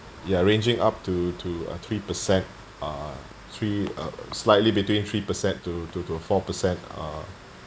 ya ranging up to to uh three percent uh three uh slightly between three percent to to to four percent uh